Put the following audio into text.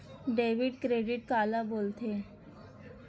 Debit credit काला बोल थे?